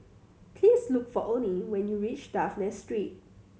please look for Oney when you reach Dafne Street